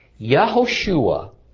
Yahushua